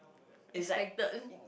expected